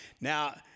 Now